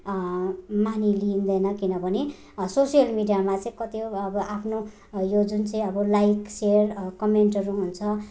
मानिलिइँदैन किनभने सोसियल मिडियामा चाहिँ कति हौ अब आफ्नो यो जुन चाहिँ अब लाइक सेयर कमेन्टहरू हुन्छ